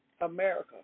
America